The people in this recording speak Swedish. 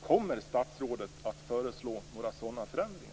Kommer statsrådet att föreslå några sådana förändringar?